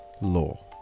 law